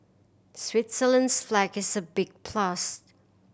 Switzerland's flag is a big plus